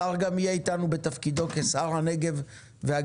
השר גם יהיה איתנו בתפקידו כשר לפיתוח הנגב והגליל,